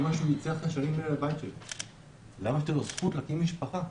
לו זכות להקים משפחה?